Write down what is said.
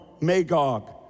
Magog